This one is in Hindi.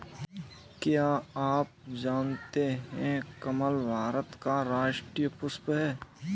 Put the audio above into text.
क्या आप जानते है कमल भारत का राष्ट्रीय पुष्प है?